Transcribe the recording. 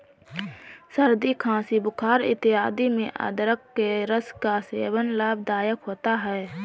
सर्दी खांसी बुखार इत्यादि में अदरक के रस का सेवन लाभदायक होता है